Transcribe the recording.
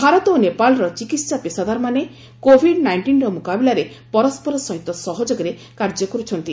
ଭାରତ ଓ ନେପାଳର ଚିକିତ୍ସା ପେଷାଦାରମାନେ କୋଭିଡ୍ ନାଇଷ୍ଟିନର ମ୍ରକାବିଲାରେ ପରସ୍କର ସହିତ ସହଯୋଗରେ କାର୍ଯ୍ୟ କର୍ରଛନ୍ତି